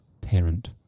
parent